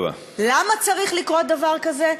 למה צריך לקרות דבר כזה?